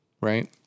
right